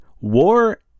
War